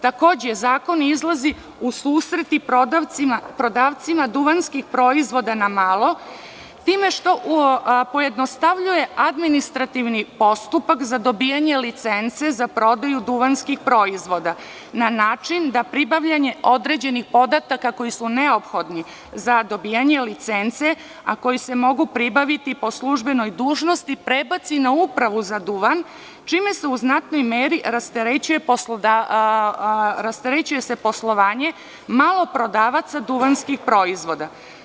Takođe, zakon izlazi u susret prodavcima duvanskih proizvoda na malo time što pojednostavljuje administrativni postupak za dobijanje licence za prodaju duvanskih proizvoda na način da pribavljanje određenih podataka koji su neophodni za dobijanje licence, a koji se mogu pribaviti po službenoj dužnosti, da se prebaci na Upravu za duvan čime se u znatnoj meri rasterećuje poslovanje maloprodavaca duvanskih proizvoda.